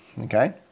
okay